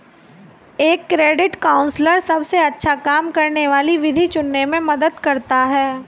एक credit counsellor सबसे अच्छा काम करने वाली विधि चुनने में मदद करता है